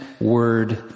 word